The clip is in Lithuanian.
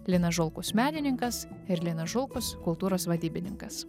linas žulkus menininkas ir linas žulkus kultūros vadybininkas